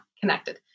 connected